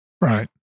Right